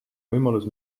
võimalus